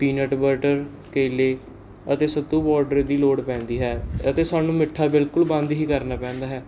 peanut butter ਕੇਲੇ ਅਤੇ ਸੱਤੂ ਪਾਉਡਰ ਦੀ ਲੋੜ ਪੈਂਦੀ ਹੈ ਅਤੇ ਸਾਨੂੰ ਮਿੱਠਾ ਬਿਲਕੁਲ ਬੰਦ ਹੀ ਕਰਨਾ ਪੈਂਦਾ ਹੈ